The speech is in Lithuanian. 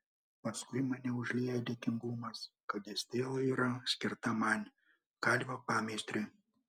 paskui mane užliejo dėkingumas kad estela yra skirta man kalvio pameistriui